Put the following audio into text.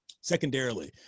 Secondarily